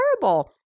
terrible